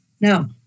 No